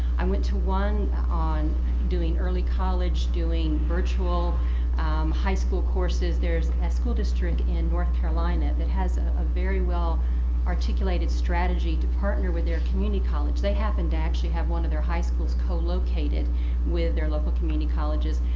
i went to one on doing early college, doing virtual high school courses. there's a school district in north carolina that has a very well articulated strategy to partner with their community college. they happen to actually have one of their high schools co-located with their local community colleges.